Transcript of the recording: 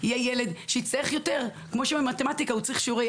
כשהשכיח ביותר זה Mood disorder.